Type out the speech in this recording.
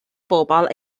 bobol